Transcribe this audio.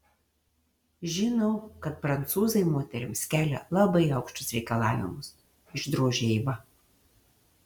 žinau kad prancūzai moterims kelia labai aukštus reikalavimus išdrožė eiva